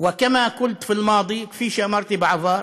וכפי שאמרתי בעבר,